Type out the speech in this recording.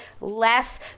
less